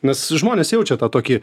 nes žmonės jaučia tą tokį